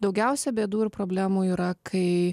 daugiausiai bėdų ir problemų yra kai